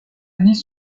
avis